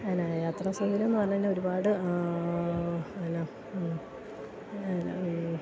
എന്നാ യാത്രാ സൗകര്യം എന്ന് പറഞ്ഞ് കഴിഞ്ഞാൽ ഒരുപാട് എന്ന എന്നാ